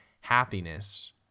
happiness